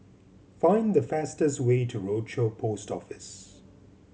find the fastest way to Rochor Post Office